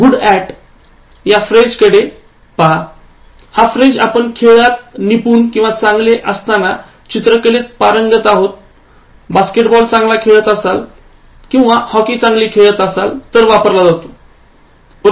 'good at' या phrase कडे पहा हा फ्रेज आपण खेळात निपुण किंवा चांगले असताना चित्रकलेत पारंगद आहेत तर बास्केटबॉल चांगला खेळात असाल तर किंवा हॉकी चांगली खेळात असाल तर वापरला जातो